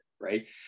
right